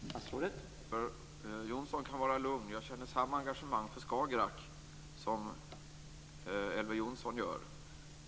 Herr talman! Elver Jonsson kan vara lugn. Jag känner samma engagemang för Skagerrak som Elver Jonsson gör.